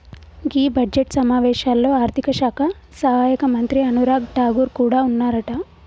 గీ budget సమావేశాల్లో ఆర్థిక శాఖ సహాయక మంత్రి అనురాగ్ ఠాగూర్ కూడా ఉన్నారట